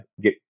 get